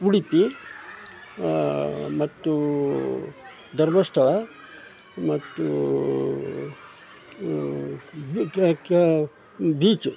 ಉಡುಪಿ ಮತ್ತು ಧರ್ಮಸ್ಥಳ ಮತ್ತು ಬೀಚು